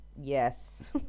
yes